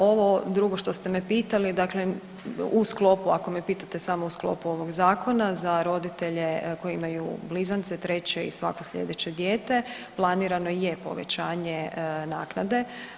Ovo drugo što ste me pitali dakle u sklopu, ako me pitate samo u sklopu ovog zakona za roditelje koji imaju blizance, treće i svako slijedeće dijete planirano je povećanje naknade.